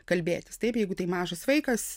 kalbėtis taip jeigu tai mažas vaikas